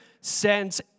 sends